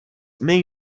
may